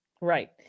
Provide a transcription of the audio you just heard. right